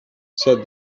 said